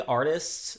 artists